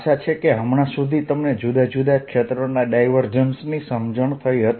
આશા છે કે હમણાં સુધી તમને જુદાં જુદાં ક્ષેત્રોના ડાયવર્જન્સની સમજણ થઈ હતી